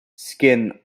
skin